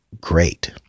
great